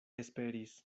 esperis